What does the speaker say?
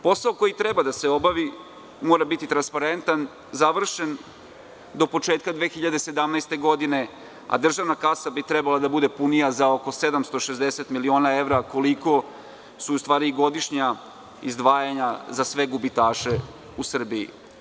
Posao koji mora da se obavi mora biti transparentan, završen do početka 2017. godine, a državna kasa bi trebala da bude punija za oko 760 miliona evra, koliko su u stvari godišnja izdvajanja za sve gubitaše u Srbije.